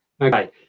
Okay